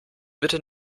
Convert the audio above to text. bitte